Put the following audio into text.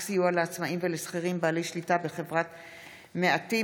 סיוע לעצמאים ולשכירים בעלי שליטה בחברת מעטים),